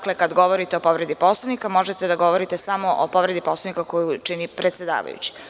Kada govorite o povredi Poslovnika, možete da govorite samo o povredi Poslovnika koju učini predavajući.